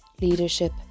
leadership